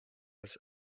his